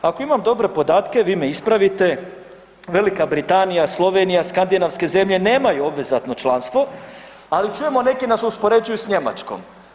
Ako imam dobre podatke, vi me ispravite Velika Britanija, Slovenija, Skandinavske zemlje nemaju obvezatno članstvo ali čujemo neki nas uspoređuju s Njemačkom.